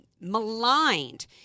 maligned